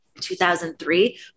2003